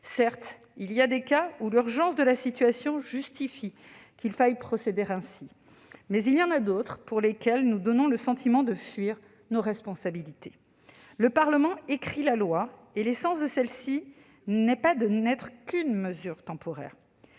Certes, il y a des cas où l'urgence de la situation justifie qu'il faille procéder ainsi, mais il y en a d'autres pour lesquels nous donnons le sentiment de fuir nos responsabilités. Le Parlement écrit la loi, et l'essence de celle-ci n'est pas d'être qu'une mesure temporaire.